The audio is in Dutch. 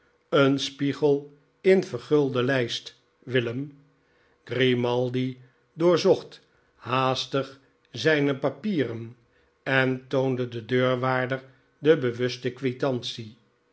een spiegel in vergulden lijst willem grimaldi doorzocht haastig zijne papieren en toonde den deurwaarder de